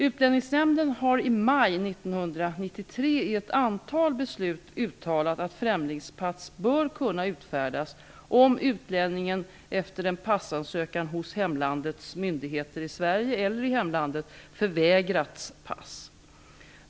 Utlänningsnämnden har i maj 1993 i ett antal beslut uttalat att främlingspass bör kunna utfärdas om utlänningen efter en passansökan hos hemlandets myndigheter i Sverige eller i hemlandet förvägrats pass.